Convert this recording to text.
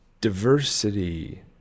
diversity